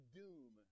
doom